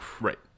Right